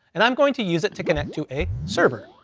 and i'm going to use it to connect to a server.